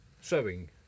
sewing